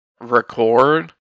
record